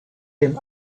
dem